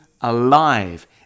alive